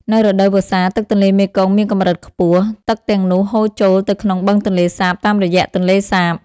នៅរដូវវស្សា ទឹកទន្លេមេគង្គមានកម្រិតខ្ពស់ ទឹកទាំងនោះហូរចូលទៅក្នុងបឹងទន្លេសាបតាមរយៈទន្លេសាប។